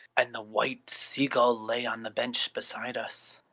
and the white seagull lay on the bench beside us.